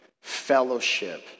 fellowship